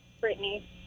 Brittany